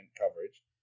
coverage